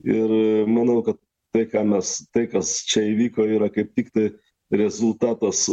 ir manau kad tai ką mes tai kas čia įvyko yra kaip tiktai rezultatas